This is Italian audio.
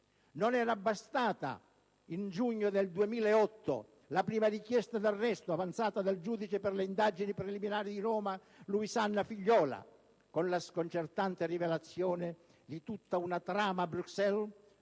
Non era bastata, nel giugno del 2008, la prima richiesta d'arresto avanzata dal giudice per le indagini preliminari di Roma, Luisanna Figliola, con la sconcertante rivelazione di tutta una trama a Bruxelles,